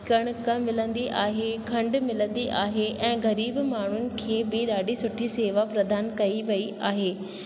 कणक मिलंदी आहे खंडु मिलंदी आहे ऐं ग़रीब माण्हुनि खे बि ॾाढी सुठी शेवा प्रदानु कई वई आहे